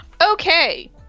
Okay